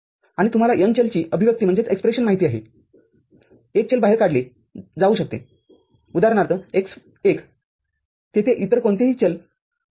आणि तुम्हाला n चलची अभिव्यक्ती माहिती आहेएक चल बाहेर काढले जाऊ शकतेउदाहरणार्थयेथे x१ तेथे इतर कोणतेही चलअसू शकते